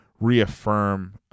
reaffirm